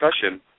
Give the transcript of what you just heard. discussion